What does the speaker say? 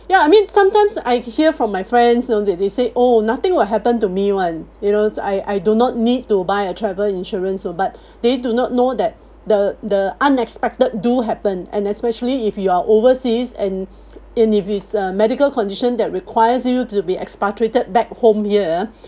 ya I mean sometimes I hear from my friends you know that they say oh nothing will happen to me [one] you know I I do not need to buy a travel insurance but they do not know that the the unexpected do happen and especially if you are overseas and in if it's uh medical condition that requires you to be expatriated back home here